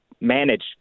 manage